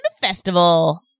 Festival